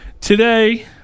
today